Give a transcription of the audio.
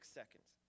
seconds